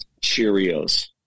cheerios